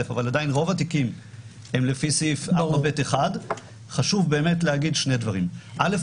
אבל עדיין רוב התיקים הם לפי סעיף 4ב1. חשוב באמת להגיד שני דברים: א',